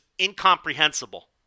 incomprehensible